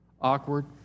Awkward